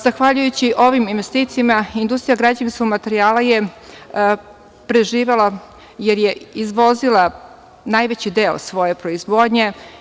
Zahvaljujući ovim investicijama industrija građevinskog materijala je preživela, jer je izvozila najveći deo svoje proizvodnje.